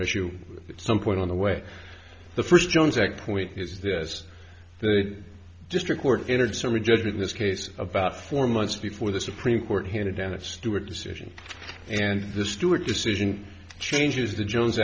you some point on the way the first jones act point is this the district court entered summary judgment in this case about four months before the supreme court handed down of stewart decision and the stewart decision changes the jones